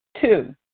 Two